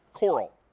coral,